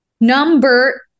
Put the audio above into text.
Number